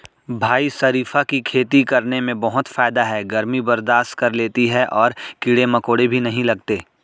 भाई शरीफा की खेती करने में बहुत फायदा है गर्मी बर्दाश्त कर लेती है और कीड़े मकोड़े भी नहीं लगते